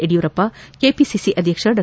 Yediyurappa KPCC ಅಧ್ಯಕ್ಷ ಡಾ